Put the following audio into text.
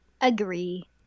Agree